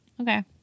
Okay